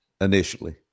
initially